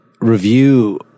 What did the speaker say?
review